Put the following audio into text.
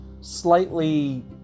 slightly